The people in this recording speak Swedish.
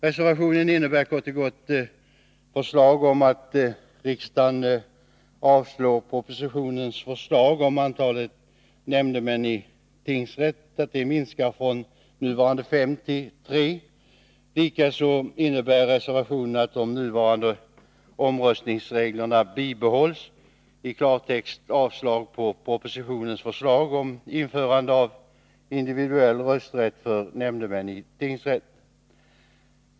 Reservationen innebär kort och gott förslag om att riksdagen avslår propositionens förslag om att antalet nämndemän i tingsrätt minskar från 5 till 3. Likaså innebär reservationen att de nuvarande omröstningsreglerna bibehålls. I klartext föreslås alltså avslag på propositionens förslag om införande av individuell rösträtt för nämndemän i tingsrätt.